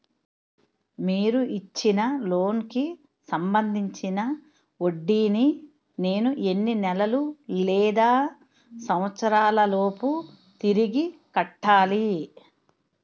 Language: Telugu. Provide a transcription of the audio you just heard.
మీరు ఇచ్చిన లోన్ కి సంబందించిన వడ్డీని నేను ఎన్ని నెలలు లేదా సంవత్సరాలలోపు తిరిగి కట్టాలి?